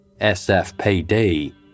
SFPD